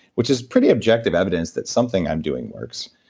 which is pretty objective evidence that something i'm doing works.